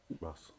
Russ